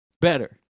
better